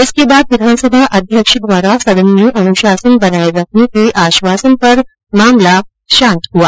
इसके बाद विधानसभा अध्यक्ष द्वारा सदन में अनुषासन बनाये रखने के आष्वासन पर मामला शांत हुआ